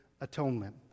atonement